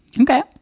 okay